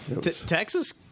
Texas